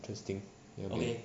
interesting